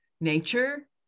nature